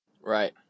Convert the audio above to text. Right